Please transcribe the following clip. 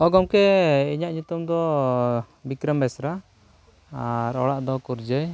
ᱦᱳᱭ ᱜᱚᱢᱠᱮ ᱤᱧᱟᱹᱜ ᱧᱩᱛᱩᱢ ᱫᱚ ᱵᱤᱠᱨᱚᱢ ᱵᱮᱥᱨᱟ ᱟᱨ ᱚᱲᱟᱜ ᱫᱚ ᱠᱩᱨᱡᱟᱹᱭ